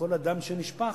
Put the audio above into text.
וכל הדם שנשפך.